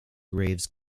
graves